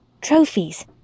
Trophies